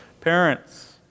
parents